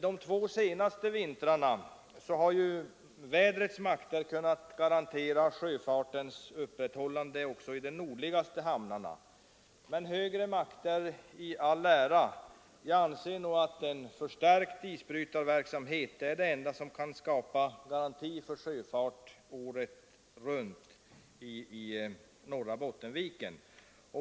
De två senaste vintrarna har vädrets makter kunnat garantera sjöfartens upprätthållande också i de nordligaste hamnarna. Men högre makter i all ära, jag anser nog att en förstärkt isbrytarverksamhet är det enda som kan skapa garanti för sjöfart året runt i norra Bottenviken.